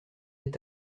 est